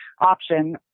option